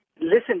Listen